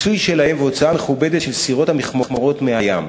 "פיצוי שלהם והוצאה מכובדת של סירות המכמורות מהים.